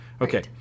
Okay